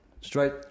straight